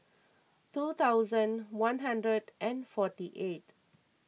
two thousand one hundred and forty eight